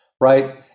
Right